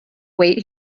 wait